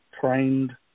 trained